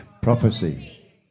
Prophecy